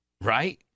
right